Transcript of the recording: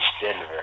Denver